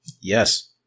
Yes